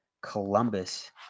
Columbus